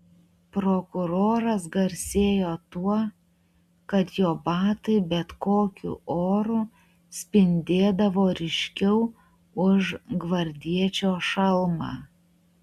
prokuroras garsėjo tuo kad jo batai bet kokiu oru spindėdavo ryškiau už gvardiečio šalmą